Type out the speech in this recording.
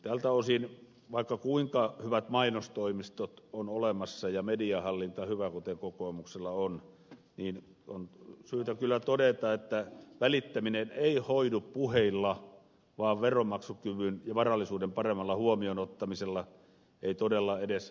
tältä osin vaikka kuinka hyvät mainostoimistot on olemassa ja mediahallinta hyvä kuten kokoomuksella on on syytä kyllä todeta että välittäminen ei hoidu puheilla vaan veronmaksukyvyn ja varallisuuden paremmalla huomioon ottamisella ei todella edes haravatalkoilla